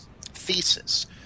thesis